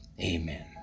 Amen